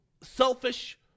selfish